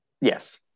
yes